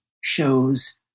shows